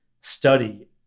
study